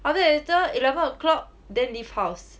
after that eleven o'clock then leave house